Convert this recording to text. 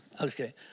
Okay